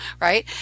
right